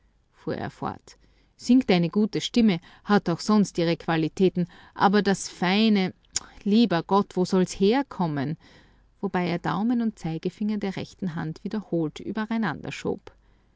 fuhr er fort singt eine gute stimme hat auch sonst ihre qualitäten aber das feine lieber gott wo soll's herkommen wobei er daumen und zeigefinger der rechten hand wiederholt